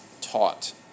taught